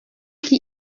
qui